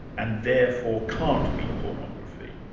and therefore can't be pornography?